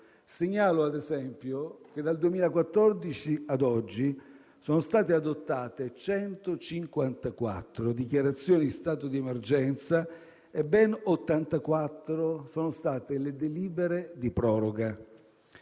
Segnalo, ad esempio, che dal 2014 ad oggi sono state adottate 154 dichiarazioni di stato di emergenza e ben 84 sono state le delibere di proroga.